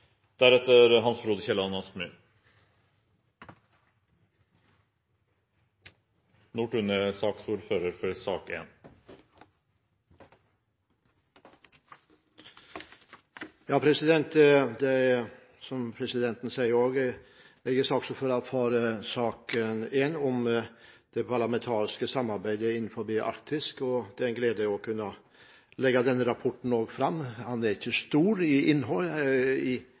for sak nr. 1. Det er som presidenten sier: Jeg er ordfører for sak nr. 1, om det parlamentariske samarbeidet innen Arktis, og det er gledelig nå å kunne legge denne rapporten fram. Den er ikke stor i antall ark, men den er god i innhold.